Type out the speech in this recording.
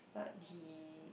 but he